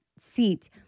seat